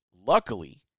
Luckily